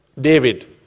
David